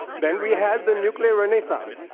then we had the nuclear renaissance.